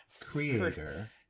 creator